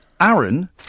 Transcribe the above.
Aaron